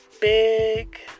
Big